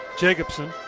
Jacobson